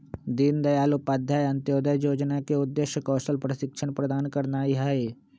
दीनदयाल उपाध्याय अंत्योदय जोजना के उद्देश्य कौशल प्रशिक्षण प्रदान करनाइ हइ